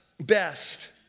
best